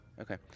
Okay